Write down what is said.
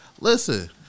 Listen